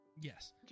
Yes